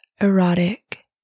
erotic